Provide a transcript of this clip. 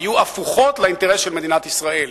היו הפוכות לאינטרס של מדינת ישראל.